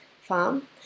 farm